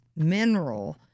mineral